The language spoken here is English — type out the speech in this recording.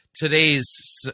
Today's